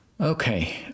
Okay